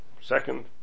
second